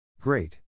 Great